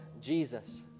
Jesus